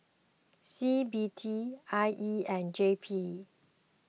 C B D I E and J P